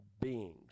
beings